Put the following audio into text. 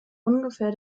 ungefähr